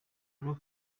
rwo